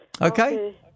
Okay